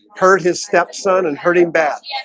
heard his stepson and hurt him back yeah